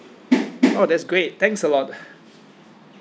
oh that's great thanks a lot